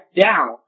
down